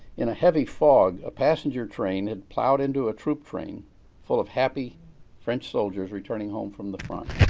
in a heavy fog, a passenger train had plowed into a troop train full of happy french soldiers returning home from the front.